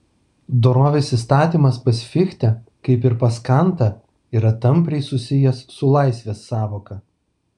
dorovės įstatymas pas fichtę kaip ir pas kantą yra tampriai susijęs su laisvės sąvoka